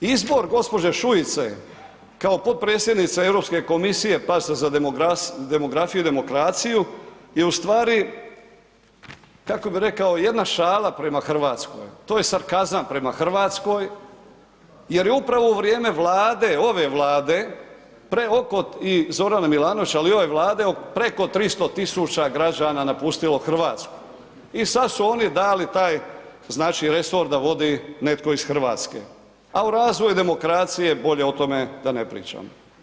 E sada, izbor gđe. Šuice kao potpredsjednice Europske komisije, pazite za demografiju i demokraciju je u stvari, kako bi rekao jedna šala prema RH, to je sarkazam prema RH jer je upravo u vrijeme Vlade, ove Vlade, … [[Govornik se ne razumije]] i Zorana Milanovića, ali i ove Vlade, preko 300 000 građana napustilo RH i sad su oni dali taj znači resor da vodi netko iz RH, a o razvoju demokracije bolje o tome da ne pričam.